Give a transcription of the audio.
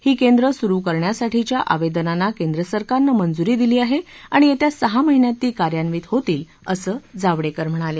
ही केंद्र सुरु करण्यासाठीच्या आवेदनांना केंद्रसरकारनं मंजूरी दिली आहे आणि येत्या सहा महिन्यात ती कार्यान्वित होतील असं जावडेकर म्हणाले